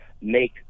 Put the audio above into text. make